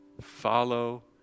Follow